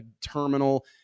terminal